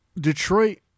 detroit